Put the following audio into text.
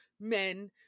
men